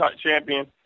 champion